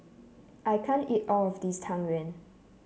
I can't eat all of this Tang Yuen